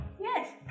Yes